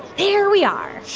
there we are